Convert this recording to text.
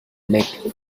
make